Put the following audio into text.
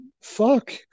fuck